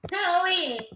Halloween